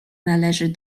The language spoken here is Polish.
należy